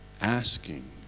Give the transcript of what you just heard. asking